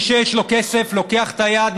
מי שיש לו כסף לוקח את היד,